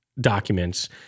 documents